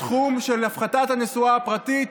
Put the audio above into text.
בתחום של הפחתת הנסועה הפרטית,